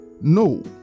No